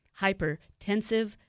Hypertensive